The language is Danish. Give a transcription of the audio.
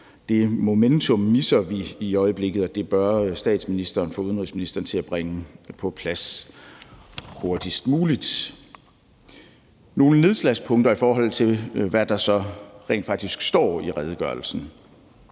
Det momentum misser vi i øjeblikket, og det bør statsministeren få udenrigsministeren til at bringe på plads hurtigst muligt. Her er nogle nedslagspunkter, i forhold til hvad der så rent faktisk står i redegørelsen.